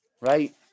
right